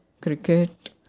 cricket